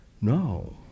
no